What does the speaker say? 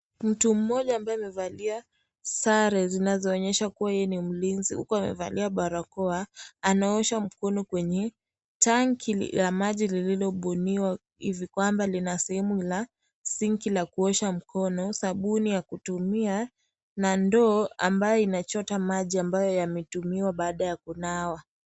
Mtu mmoja ambaye amevalia sare zinazoonyesha kuwa yeye ni mlinzi huku amevalia barakoa anaosha mkono kwenye tanki la maji lililobuniwa hivi kwamba lina sehemu la sinki la kuosha mkono, sabuni ya kutumia na ndoo ambayo inachota maji ambayo yametumiwa baada ya kunawa.